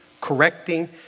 correcting